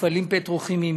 מפעלים פטרוכימיים,